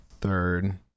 third